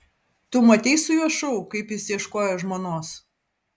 tu matei su juo šou kaip jis ieškojo žmonos